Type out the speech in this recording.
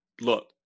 Look